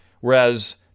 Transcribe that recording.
whereas